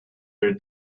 are